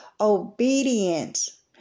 Obedience